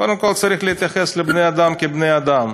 קודם כול צריך להתייחס לבני-אדם כבני-אדם.